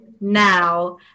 now